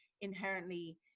inherently